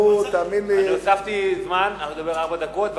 אני הוספתי זמן, אתה תדבר ארבע דקות.